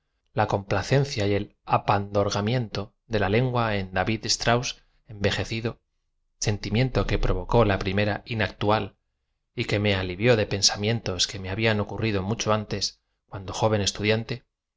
la complftceaela y el spandorgamiento de la lengua en d a vid strauss envejecido eentlmiento que provocó la prim era inactual y que me alivió de pena amiento i que se me habían ocurrido muchoe antes cuando jo